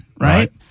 Right